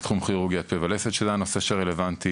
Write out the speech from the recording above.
בתחום כירורגיה פה ולסת שהיה נושא שרלוונטי.